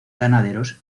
ganaderos